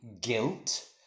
guilt